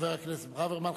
חבר הכנסת ברוורמן.